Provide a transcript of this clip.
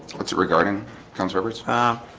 what's regarding comes over it's time